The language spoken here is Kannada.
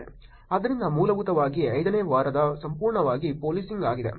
ಆದ್ದರಿಂದ ಮೂಲಭೂತವಾಗಿ 5 ನೇ ವಾರವು ಸಂಪೂರ್ಣವಾಗಿ ಪೋಲೀಸಿಂಗ್ ಆಗಿದೆ